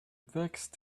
text